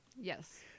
Yes